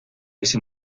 ese